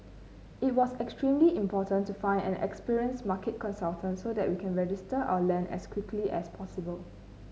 it was extremely important to find an experienced market consultant so that we can register our land as quickly as possible